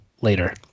later